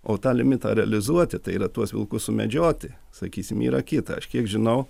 o tą limitą realizuoti tai yra tuos vilkus sumedžioti sakysime yra kita aš kiek žinau